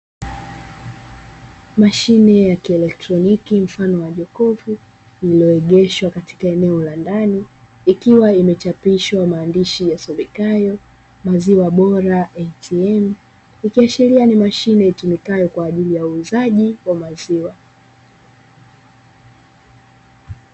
Mashine ya kieletroniki mfano wa jokofu iliyoegeshwa katika eneo la ndani ikiwa imechapishwa maandishi yasomekayo "Maziwa bora Atm" ikiashiria ni mashine itumikayo kwa ajili ya uuzaji wa maziwa.